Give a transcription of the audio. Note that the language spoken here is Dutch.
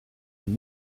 een